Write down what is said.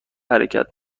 حرکت